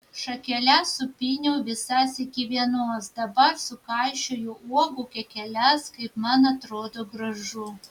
šakeles supyniau visas iki vienos dabar sukaišioju uogų kekeles kaip man atrodo gražu